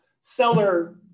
seller